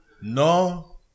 No